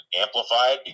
amplified